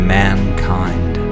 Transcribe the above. mankind